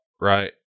right